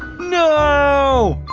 no!